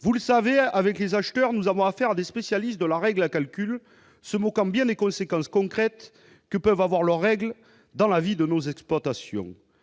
Vous le savez, les acheteurs sont des spécialistes de la règle à calcul, et se moquent bien des conséquences concrètes que peuvent avoir leurs règles dans la vie de nos exploitations.